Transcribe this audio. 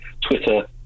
Twitter